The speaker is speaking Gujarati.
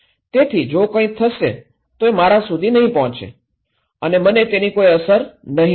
તેથી જો કંઇ થશે તો એ મારા સુધી નહિ પહોંચે અને મને તેની કોઈ અસર નહિ થાય